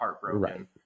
heartbroken